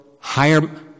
higher